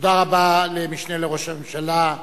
תודה רבה למשנה לראש הממשלה,